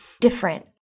different